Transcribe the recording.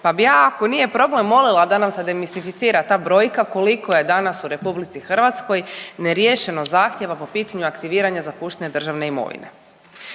pa bi ja ako nije problem molila da nam se demistificira ta brojka koliko je danas u RH neriješeno zahtjeva po pitanju aktiviranja zapuštene državne imovine.